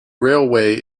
railway